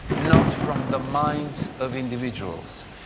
not from the minds of individuals.